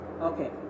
Okay